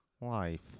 life